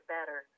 Better